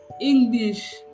English